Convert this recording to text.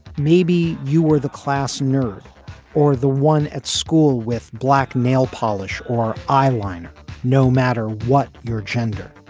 maybe you were the class nerd or the one at school with black nail polish or eyeliner no matter what your gender.